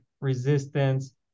resistance